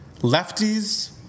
lefties